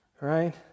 Right